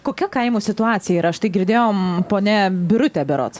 kokia kaimų situacija štai girdėjom ponia birutė berods